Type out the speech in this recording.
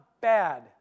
bad